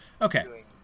Okay